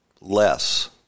less